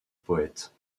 poète